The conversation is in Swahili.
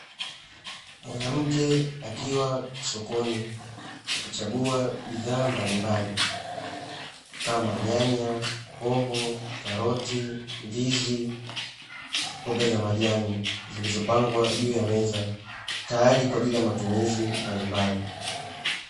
Mwanamke akiwa sokoni akichagua bidhaa mbalimbali kama nyanya, viungo, karoti, ndizi, mboga za majani zilizopangwa juu ya meza tayari kwa ajili ya matumizi mbalimbali.